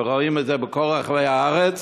ורואים את זה בכל רחבי הארץ.